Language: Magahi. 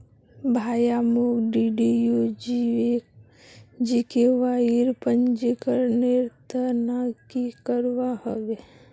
भाया, मोक डीडीयू जीकेवाईर पंजीकरनेर त न की करवा ह बे